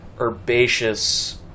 herbaceous